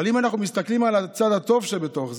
אבל אם אנחנו מסתכלים על הצד הטוב שבתוך זה,